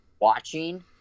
watching